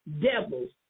devils